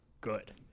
good